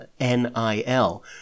NIL